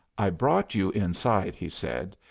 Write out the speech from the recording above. i brought you inside, he said,